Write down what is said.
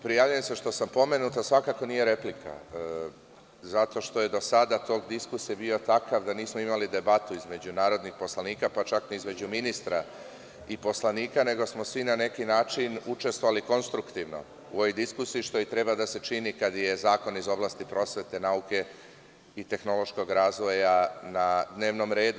Prijavljujem se što sam pomenut, nije replika zato što je do sada tok diskusije bio takav da nismo imali debatu između narodnih poslanika, pa čak ni između ministra i poslanika, nego smo svi na neki način učestvovali konstruktivno u ovoj diskusiji, što i treba da se čini kada je zakon iz oblasti prosvete, nauke i tehnološkog razvoja na dnevnom redu.